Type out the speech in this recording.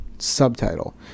subtitle